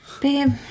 Babe